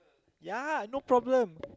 ya no problem